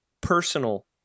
personal